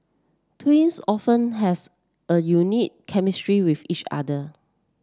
twins often has a unique chemistry with each other